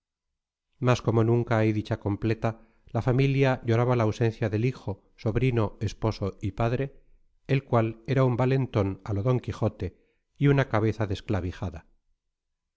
mas como nunca hay dicha completa la familia lloraba la ausencia del hijo sobrino esposo y padre el cual era un valentón a lo d quijote y una cabeza desclavijada